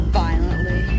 violently